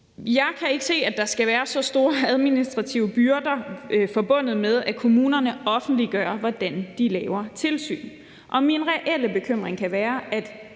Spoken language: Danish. Jeg kan ikke se, at der skal være så store administrative byrder forbundet med, at kommunerne offentliggør, hvordan de laver tilsyn, og min reelle bekymring kan være, at